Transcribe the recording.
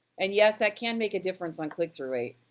and yes, that can make a difference on click-through rate.